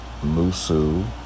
Musu